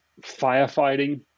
firefighting